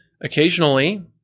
occasionally